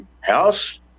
house